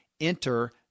Enter